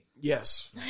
Yes